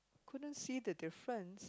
couldn't see the different